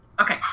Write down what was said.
Okay